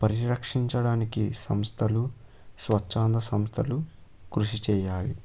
పరిరక్షించడానికి సంస్థలు స్వచ్ఛంద సంస్థలు కృషి చెయ్యాలి